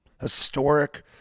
historic